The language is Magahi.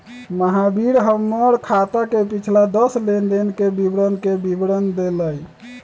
महावीर हमर खाता के पिछला दस लेनदेन के विवरण के विवरण देलय